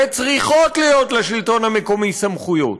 וצריכות להיות לשלטון המקומי סמכויות.